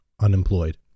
unemployed